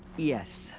yes,